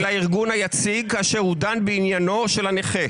הארגון היציג כאשר הוא דן בעניינו של הנכה.